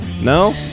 No